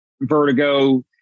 vertigo